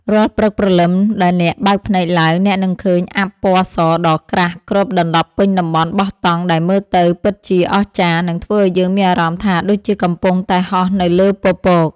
រាល់ព្រឹកព្រលឹមដែលអ្នកបើកភ្នែកឡើងអ្នកនឹងឃើញអ័ព្ទពណ៌សដ៏ក្រាស់គ្របដណ្ដប់ពេញតំបន់បោះតង់ដែលមើលទៅពិតជាអស្ចារ្យ និង ធ្វើឱ្យយើងមានអារម្មណ៍ថាដូចជាកំពុងតែហោះនៅលើពពក។